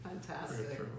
Fantastic